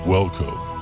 Welcome